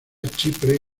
chipre